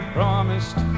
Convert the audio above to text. promised